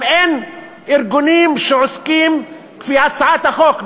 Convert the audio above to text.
גם אין ארגונים שעוסקים, כפי שיש בהצעת החוק.